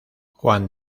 juan